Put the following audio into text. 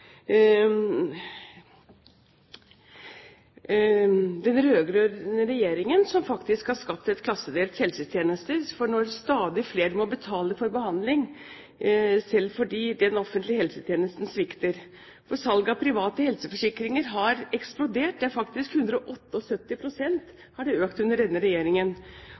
Den rød-grønne regjeringen har faktisk skapt klassedelte helsetjenester, når stadig flere må betale for behandling selv fordi den offentlige helsetjenesten svikter. Salget av private helseforsikringer har eksplodert. Det har faktisk økt med 178 pst. under denne regjeringen.